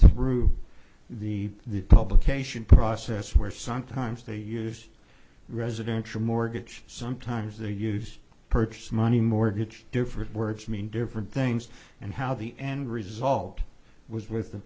through the the publication process where sometimes they used residential mortgage sometimes they used purchase money mortgage different words mean different things and how the end result was with the